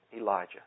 Elijah